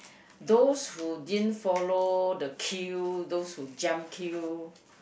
those who didn't follow the queue those whose jump queue